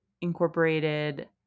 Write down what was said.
incorporated